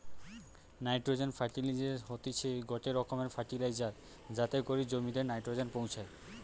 nitrogen ফার্টিলিসের হতিছে গটে রকমের ফার্টিলাইজার যাতে করি জমিতে নাইট্রোজেন পৌঁছায়